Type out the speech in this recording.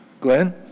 Glenn